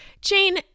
Jane